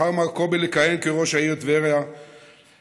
נבחר מר קובי לכהן כראש העיר טבריה אך,